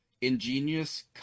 ingenious